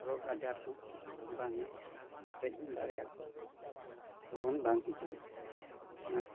ᱨᱳᱜᱽ ᱟᱡᱟᱨ ᱦᱚᱸ ᱵᱟᱝ ᱮ ᱥᱮᱴᱮᱡ ᱫᱟᱲᱮᱭᱟᱠᱚᱣᱟ ᱞᱚᱜᱚᱱ ᱵᱟᱝ ᱦᱤᱡᱩᱜᱼᱟ ᱚᱱᱟᱛᱮ